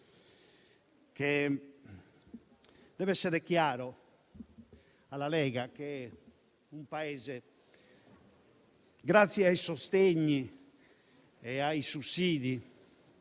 deve essere chiaro alla Lega che un Paese, grazie ai sostegni e ai sussidi,